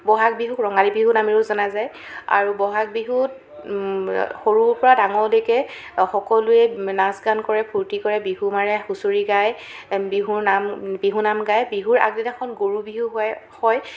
বহাগ বিহুক ৰঙালী বিহু নামেৰেও জনা যায় আৰু বহাগ বিহুত সৰু পৰা ডাঙৰলৈকে সকলোৱে নাচ গান কৰে ফুৰ্তি কৰে বিহু মাৰে হুঁচৰি গায় এ বিহুৰ নাম বিহু নাম গায় বিহুৰ আগদিনাখন গৰু বিহু হয় হয়